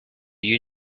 you